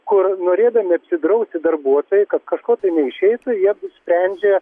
kur norėdami apsidrausti darbuotojai kad kažko tai neišeitų jie sprendžia